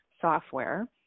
software